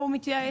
או מתייאש,